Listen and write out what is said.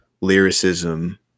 lyricism